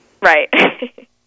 Right